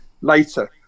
later